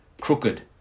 crooked